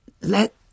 let